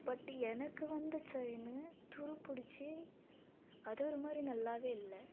but எனக்கு வந்த chain துரு பிடிச்சு அது ஒரு மாதிரி நல்லாவே இல்லை